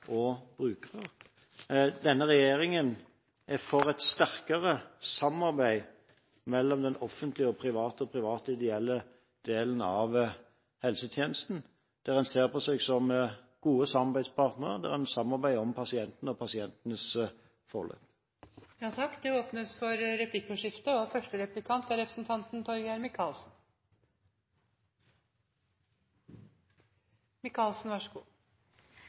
og brukere. Denne regjeringen er for et sterkere samarbeid mellom den offentlige og private og private ideelle delen av helsetjenesten, der en ser på hverandre som gode samarbeidspartnere, og der en samarbeider om pasientene og pasientenes forløp. Det åpnes for replikkordskifte.